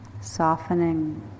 softening